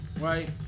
right